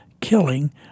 killing